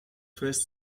first